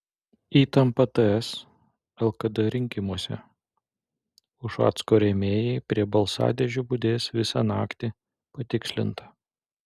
įtampa ts lkd rinkimuose ušacko rėmėjai prie balsadėžių budės visą naktį patikslinta